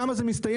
שם זה מסתיים,